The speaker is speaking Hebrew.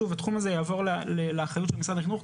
שוב, התחום הזה יעבור לאחריות של משרד החינוך.